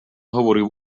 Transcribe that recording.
говорив